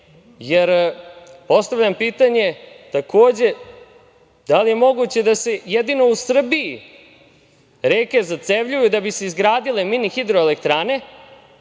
postavljam pitanje - da li je moguće da se jedino u Srbiji reke zacevljuju da bi se izgradile mini-hidroelektrane,